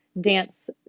dance